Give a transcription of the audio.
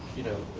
you know,